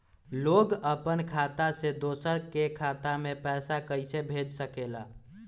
लोग अपन खाता से दोसर के खाता में पैसा कइसे भेज सकेला?